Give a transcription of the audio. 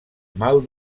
mal